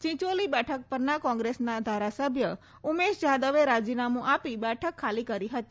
ચિંચોલી બેઠક પરના કોંગ્રેસના ધારાસભ્ય ઉમેશ જાદવે રાજીનામું આપી બેઠક ખાલી કરી હતી